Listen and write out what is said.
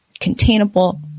containable